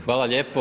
Hvala lijepo.